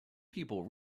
people